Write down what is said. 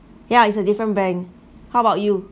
ya it's a different bank how about you